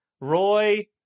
Roy